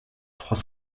trois